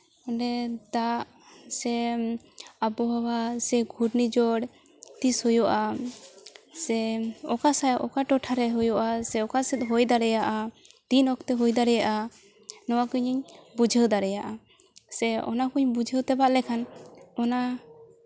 ᱚᱸᱰᱮ ᱫᱟᱜ ᱥᱮ ᱟᱵᱚᱣᱟᱦᱟ ᱥᱮ ᱜᱷᱩᱨᱱᱤ ᱡᱷᱚᱲ ᱛᱤᱥ ᱦᱩᱭᱜᱩᱜᱼᱟ ᱥᱮ ᱚᱠᱟᱥᱮᱜ ᱚᱠᱟ ᱴᱚᱴᱷᱟᱨᱮ ᱦᱩᱭᱩᱜᱼᱟ ᱥᱮ ᱚᱠᱟ ᱥᱮᱫ ᱦᱩᱭ ᱫᱟᱲᱮᱭᱟᱜᱼᱟ ᱛᱤᱱ ᱚᱠᱛᱮ ᱦᱩᱭ ᱫᱟᱲᱮᱭᱟᱜᱼᱟ ᱱᱚᱣᱟ ᱠᱚ ᱤᱧᱤᱧ ᱵᱩᱡᱷᱟᱹᱣ ᱫᱟᱲᱮᱭᱟᱜᱼᱟ ᱥᱮ ᱚᱱᱟᱠᱚᱹᱧ ᱵᱩᱡᱷᱟᱹᱣ ᱛᱮᱵᱟᱜ ᱞᱮᱠᱷᱟᱱ ᱚᱱᱟ